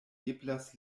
eblas